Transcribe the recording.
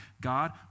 God